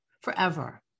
Forever